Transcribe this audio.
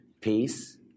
peace